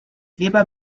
weber